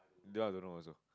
this one I don't know also